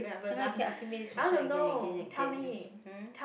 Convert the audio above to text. how come keep asking me this question again again and again hmm